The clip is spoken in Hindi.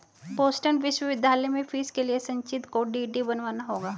बोस्टन विश्वविद्यालय में फीस के लिए संचित को डी.डी बनवाना होगा